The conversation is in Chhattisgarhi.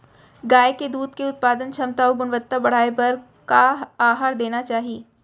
गाय के दूध के उत्पादन क्षमता अऊ गुणवत्ता बढ़ाये बर का आहार देना चाही?